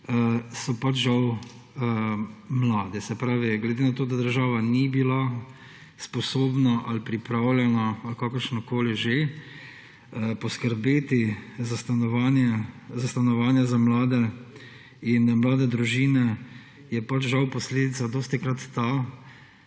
sedaj, so mladi. Se pravi, glede na to, da država ni bila sposobna, ali pripravljena, ali kakorkoli že poskrbeti za stanovanja za mlade in mlade družine, je pač posledica dostikrat ta